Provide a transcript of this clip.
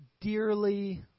dearly